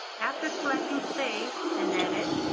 after selecting save and edit,